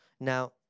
Now